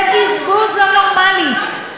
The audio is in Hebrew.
זה בזבוז לא נורמלי.